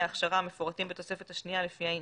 ההכשרה המפורטים בתוספת השנייה לפי העניין: